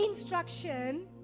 instruction